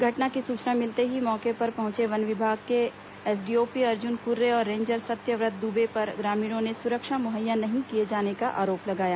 घटना की सूचना मिलते ही मौके पर पहुंचे वन विभाग के एसडीओपी अर्जुन कुर्रे और रेंजर सत्यव्रत दुबे पर ग्रामीणों ने सुरक्षा मुहैया नहीं कराए जाने का आरोप लगाया